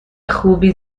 خوبی